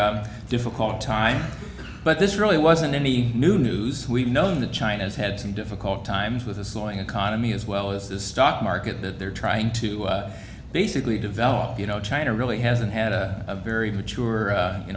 difficult time but this really wasn't any new news we've known that china has had some difficult times with a slowing economy as well as the stock market that they're trying to basically develop you know china really hasn't had a very mature